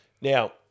Now